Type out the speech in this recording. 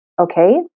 Okay